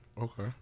Okay